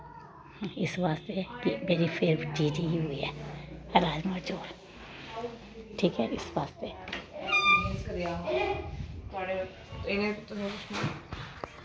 इस बास्तै कि मेरी फेवरट चीज़ ऐ इ'यो ऐ राजमा चौल ठीक ऐ ओह् इस बास्तै